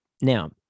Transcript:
now